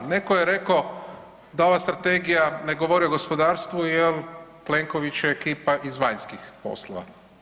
Netko je rekao da ova strategija ne govori o gospodarstvu jer Plenkovićev je ekipa iz vanjskih poslova.